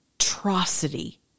atrocity